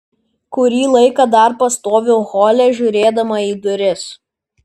kurį laiką dar pastoviu hole žiūrėdama į duris